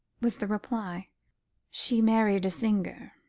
was the reply she married a singer.